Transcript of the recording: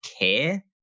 care